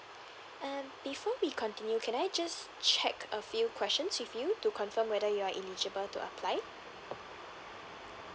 and before we continue can I just check a few questions with you to confirm whether you are eligible to apply